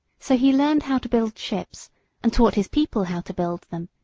so he learned how to build ships and taught his people how to build them,